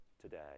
today